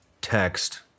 text